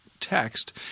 text